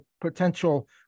potential